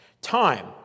Time